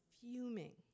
fuming